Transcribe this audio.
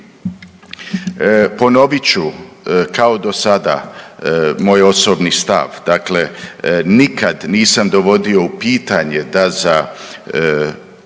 ponovit ću kao do sada moj osobni stav. Dakle, nikad nisam dovodio u pitanje da za